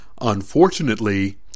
unfortunately